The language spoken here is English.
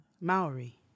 maori